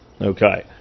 Okay